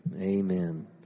Amen